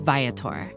Viator